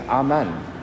Amen